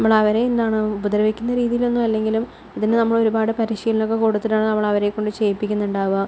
നമ്മൾ അവരെ എന്താണ് ഉപദ്രവിക്കുന്ന രീതിയിൽ ഒന്നുമല്ലെങ്കിലും അതിന് നമ്മൾ ഒരുപാട് പരിശീലനം ഒക്കെ കൊടുത്തിട്ടാണ് നമ്മൾ അവരെക്കൊണ്ട് ചെയ്യിപ്പിക്കുന്നുണ്ടാവുക